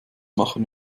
machen